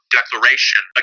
declaration